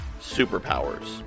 superpowers